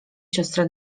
siostry